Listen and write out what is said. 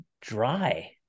dry